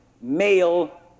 male